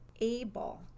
able